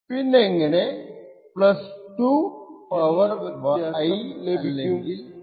പിന്നെങ്ങനെ 2 I അല്ലെങ്കിൽ 2 I ഇതോ എന്ന വ്യത്യാസം ലഭിക്കും